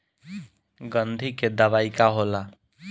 गंधी के दवाई का होला?